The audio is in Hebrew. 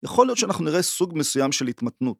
יכול להיות שאנחנו נראה סוג מסוים של התמתנות.